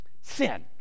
Sin